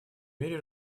мире